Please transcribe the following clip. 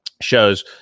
shows